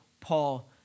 Paul